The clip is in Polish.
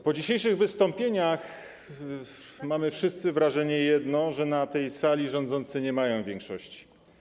Po dzisiejszych wystąpieniach mamy wszyscy jedno wrażenie: na tej sali rządzący nie mają większości.